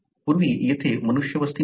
पूर्वी येथे मनुष्यवस्ती नव्हती